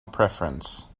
preference